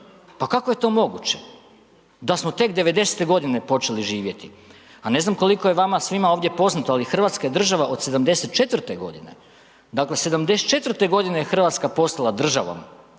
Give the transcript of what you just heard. pa kako je to moguće da smo tek 90.-te godine počeli živjeti? A ne znam koliko je vama svima ovdje poznato, ali hrvatska država je od 74.-te godine, dakle, 74.-te godine je RH postala državom,